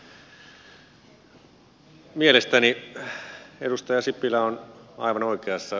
mielestäni edustaja sipilä on aivan oikeassa